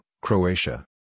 Croatia